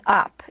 up